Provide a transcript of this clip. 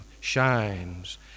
shines